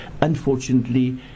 Unfortunately